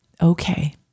okay